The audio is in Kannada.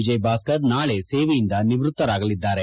ವಿಜಯ್ ಭಾಸ್ಕರ್ ನಾಳೆ ಸೇವೆಯಿಂದ ನಿವೃತ್ತಿಯಾಗಲಿದ್ದಾರೆ